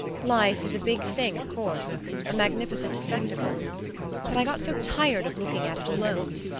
life is a big thing, of course a magnificent spectacle but i got so tired of looking at it alone!